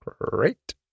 Great